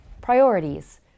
priorities